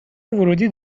ورودی